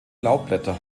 laubblätter